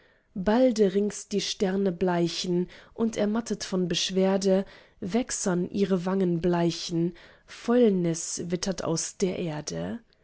balde rings die sterne bleichen und ermattet von beschwerde wächsern ihre wangen bleichen fäulnis wittert aus der erde